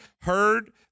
heard